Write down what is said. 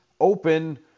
open